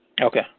Okay